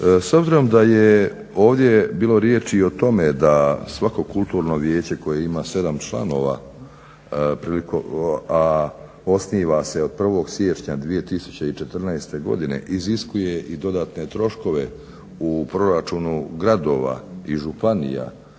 S obzirom da je ovdje bilo riječi i o tome da svako kulturno vijeće koje ima 7 članova prilikom, a osniva se od 1. siječnja 2014. godine iziskuje i dodatne troškove u proračunu gradova i županija,